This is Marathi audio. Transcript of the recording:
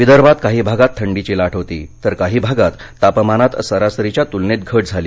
विदर्भात काही भागात थंडीची लाट होती तर काही भागात तापमानात सरासरीच्या तुलनेत घट झाली